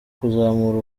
kuzamura